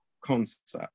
concept